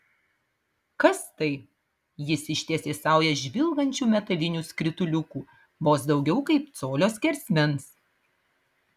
kas tai jis ištiesė saują žvilgančių metalinių skrituliukų vos daugiau kaip colio skersmens